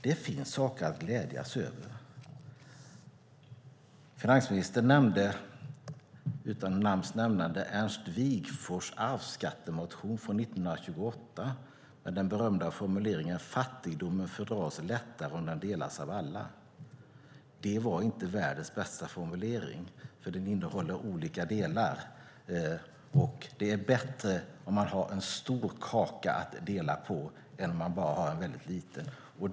Det finns saker att glädja sig över. Finansministern nämnde, utan namns nämnande, Ernst Wigforss arvsskattemotion från 1928, med den berömda formuleringen att fattigdomen fördras lättare om den delas av alla. Det var inte världens bästa formulering, för den innehåller olika delar. Det är bättre att ha en stor kaka att dela på än att bara ha en väldigt liten.